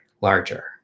larger